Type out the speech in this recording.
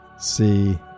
see